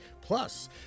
Plus